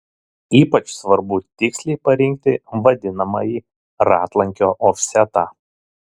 ypač svarbu tiksliai parinkti vadinamąjį ratlankio ofsetą